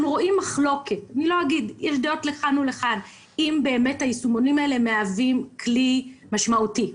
בעולם אנחנו רואים מחלוקת אם היישומונים האלה באמת מהווים כלי משמעותי.